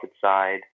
side